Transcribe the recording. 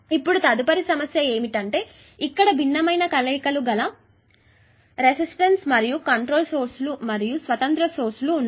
ఇప్పుడు తదుపరి సమస్య ఏమిటంటే ఇక్కడ భిన్నమైన కలయికలు గల రెసిస్టన్స్ మరియు కంట్రోల్ సోర్స్ లు మరియు స్వతంత్ర సోర్స్ ఉన్నాయి